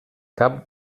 cap